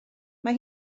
mae